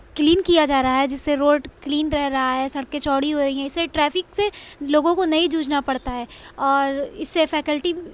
clean کیا جا رہا ہے جس سے روڈ کلین رہ رہا ہے سڑکیں چوڑی ہو رہی ہیں اس سے ٹریفک سے لوگوں کو نہیں جوجھنا پڑتا ہے اور اس سے فیکلٹی